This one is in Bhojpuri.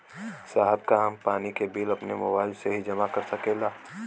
साहब का हम पानी के बिल अपने मोबाइल से ही जमा कर सकेला?